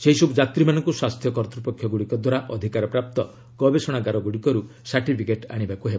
ସେହିସବୁ ଯାତ୍ରୀମାନଙ୍କୁ ସ୍ୱାସ୍ଥ୍ୟ କର୍ତ୍ତ୍ୱପକ୍ଷଗୁଡ଼ିକ ଦ୍ୱାରା ଅଧିକାର ପ୍ରାପ୍ତ ଗବେଷଣାଗାରଗୁଡ଼ିକରୁ ସାର୍ଟିଫିକେଟ୍ ଆଶିବାକୁ ହେବ